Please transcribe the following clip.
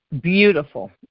beautiful